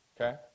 okay